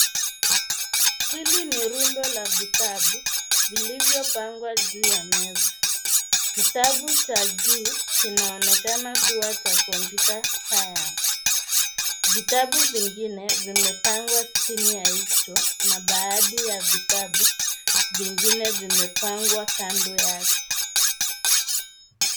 Hili ni rundo la vitabu, vilivyo pangwa juu ya meza .Kitabu cha juu kinaonekana kuwa cha computer science ,vitabu vingine vimepangwa chini ya hicho ,na baadhi ya vitabu vingine vimepangwa kando yake.